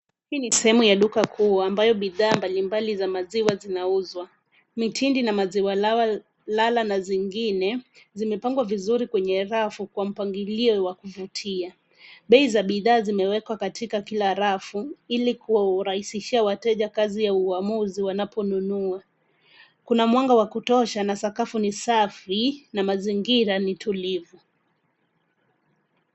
Hii ni sehemu ya duka kuu ambayo bidhaa mbalimbali za maziwa zinauzwa. Mitindi na maziwa lala na zingine, zimepangwa vizuri kwenye rafu kwa mpangilio wa kuvutia. Bei za bidhaa zimewekwa katika kila rafu, ili kuwarahisishia wateja kazi ya uamuzi wanaponunua. Kuna mwanga wa kutosha na sakafu ni safi, na mazingira ni tulivu.